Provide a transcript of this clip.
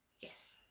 Yes